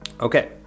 Okay